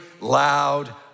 loud